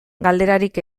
galderarik